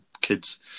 kids